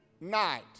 night